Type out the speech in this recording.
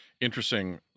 interesting